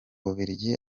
bubiligi